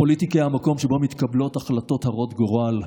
הפוליטיקה היא המקום שבו מתקבלות החלטות הרות גורל,